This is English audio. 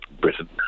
Britain